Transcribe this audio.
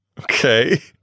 okay